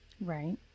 Right